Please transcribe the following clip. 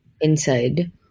inside